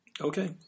Okay